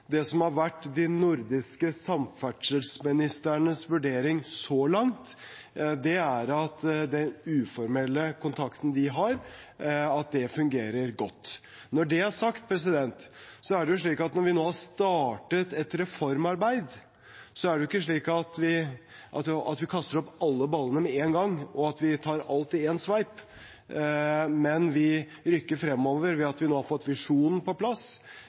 vært de nordiske samferdselsministrenes vurdering så langt, er at den uformelle kontakten de har, fungerer godt. Når det er sagt: Når vi nå har startet et reformarbeid, er det ikke slik at vi kaster opp alle ballene med en gang, og at vi tar alt i én sveip, men vi rykker fremover ved at vi nå har fått visjonen på plass,